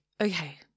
okay